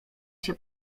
się